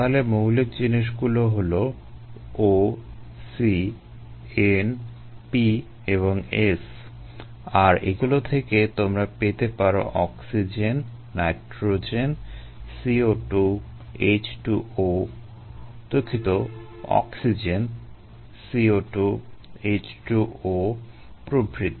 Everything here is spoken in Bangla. তাহলে মৌলিক জিনিসগুলো হলো O C N P এবং S আর এগুলো থেকে তোমরা পেতে পারো অক্সিজেন নাইট্রোজেন CO2 H2O দুঃখিত অক্সিজেন CO2 H2O প্রভৃতি